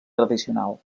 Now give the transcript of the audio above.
tradicional